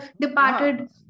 departed